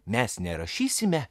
mes nerašysime